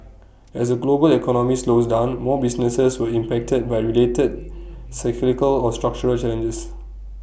as A global economy slows down more businesses were impacted by related cyclical or structural challenges